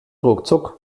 ruckzuck